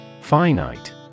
Finite